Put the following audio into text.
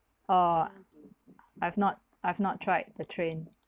oh I've not I've not tried the train